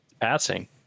Passing